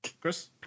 Chris